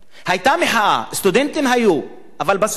היתה מחאה, וסטודנטים היו, אבל בסוף מה היה?